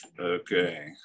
Okay